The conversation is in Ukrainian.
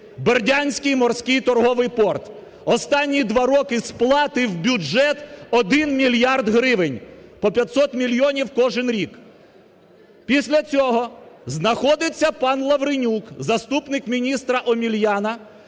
"Бердянський морський торговий порт". Останні два роки сплати в бюджет 1 мільярд гривень по 500 мільйонів кожний рік. Після цього заходиться пан Лавренюк, заступник міністра Омеляна,